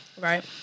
Right